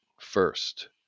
first